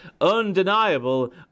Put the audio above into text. undeniable